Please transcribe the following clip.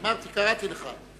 אמרתי, קראתי לך.